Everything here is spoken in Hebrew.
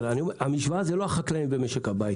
המשוואה זה לא רק החקלאים ומשק הבית,